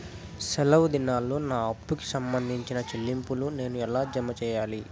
సెలవు దినాల్లో నా అప్పుకి సంబంధించిన చెల్లింపులు నేను ఎలా జామ సెయ్యాలి?